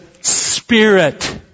spirit